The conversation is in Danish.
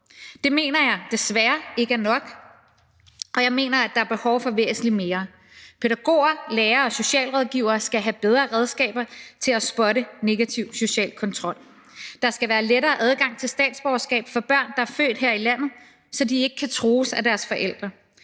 Det mener jeg desværre ikke er nok – jeg mener, at der er behov for væsentlig mere. Pædagoger, lærere og socialrådgivere skal have bedre redskaber til at spotte negativ social kontrol. Der skal være lettere adgang til statsborgerskab for børn, der er født her i landet, så de ikke kan trues af deres forældre.